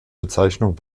bezeichnung